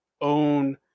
own